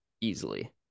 Easily